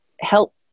help